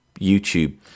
YouTube